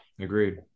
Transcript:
agreed